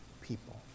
people